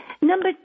Number